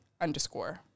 underscore